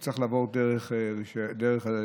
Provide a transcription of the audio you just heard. צריכים לעבור דרך המרב"ד,